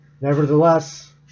Nevertheless